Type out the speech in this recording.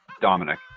Dominic